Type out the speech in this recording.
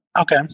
Okay